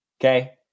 Okay